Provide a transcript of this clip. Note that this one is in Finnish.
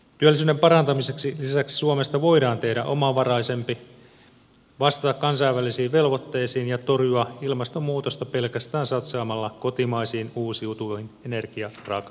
lisäksi työllisyyden parantamiseksi suomesta voidaan tehdä omavaraisempi vastata kansainvälisiin velvoitteisiin ja torjua ilmastonmuutosta pelkästään satsaamalla kotimaisiin uusiutuviin energiaraaka aineisiin